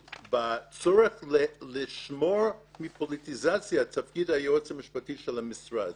בצורך לשמור מפוליטיזציה את תפקיד היועץ המשפטי של המשרד